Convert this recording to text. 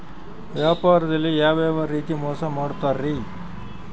ವ್ಯಾಪಾರದಲ್ಲಿ ಯಾವ್ಯಾವ ರೇತಿ ಮೋಸ ಮಾಡ್ತಾರ್ರಿ?